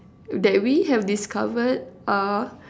that we have discovered are